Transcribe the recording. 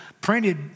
printed